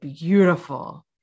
beautiful